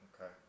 Okay